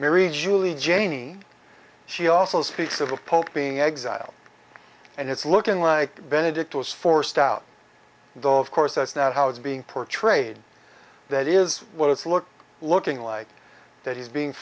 marry julie janie she also speaks of the pope being exiled and it's looking like benedict was forced out though of course that's not how it's being portrayed that is what it's look looking like that he's being